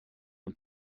und